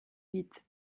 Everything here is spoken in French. huit